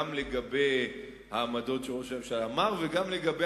גם לגבי העמדות שראש הממשלה אמר וגם לגבי